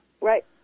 right